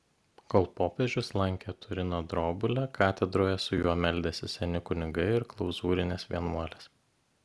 kol popiežius lankė turino drobulę katedroje su juo meldėsi seni kunigai ir klauzūrinės vienuolės